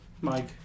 Mike